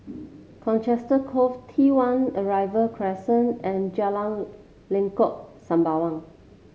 Colchester Grove T One Arrival Crescent and Jalan Lengkok Sembawang